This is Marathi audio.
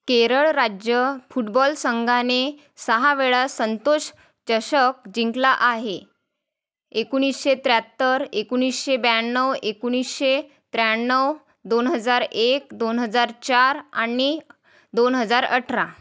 केरळ राज्य फुटबॉल संघाने सहा वेळा संतोष चषक जिंकला आहे एकोणीसशे त्र्याहत्तर एकोणीसशे ब्याण्णव एकोणीसशे त्र्याण्णव दोन हजार एक दोन हजार चार आणि दोन हजार अठरा